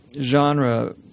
genre